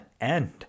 end